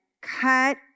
cut